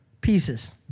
pieces